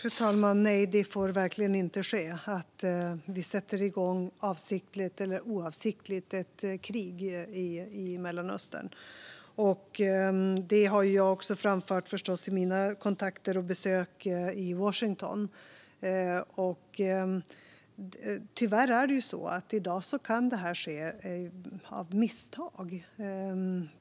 Fru talman! Nej, det får verkligen inte ske att vi sätter igång, avsiktligt eller oavsiktligt, ett krig i Mellanöstern. Det har jag förstås också framfört till mina kontakter och vid mina besök i Washington. Tyvärr kan detta i dag ske av misstag.